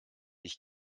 ich